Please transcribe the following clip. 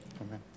Amen